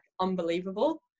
unbelievable